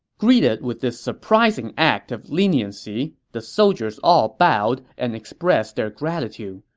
greeted with this surprising act of leniency, the soldiers all bowed and expressed their gratitude.